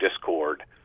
discord